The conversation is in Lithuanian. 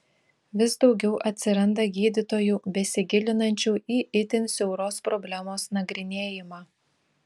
vis daugiau atsiranda gydytojų besigilinančių į itin siauros problemos nagrinėjimą